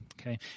Okay